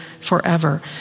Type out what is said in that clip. forever